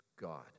God